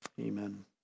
Amen